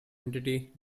entity